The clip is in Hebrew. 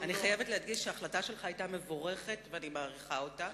אני חייבת להדגיש שההחלטה שלך היתה מבורכת ואני מעריכה אותה.